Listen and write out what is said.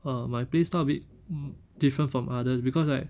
uh my play style a bit mm different from others because like